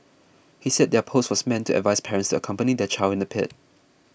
he said their post was meant to advise parents accompany their child in the pit